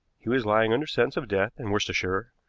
he was lying under sentence of death in worcestershire,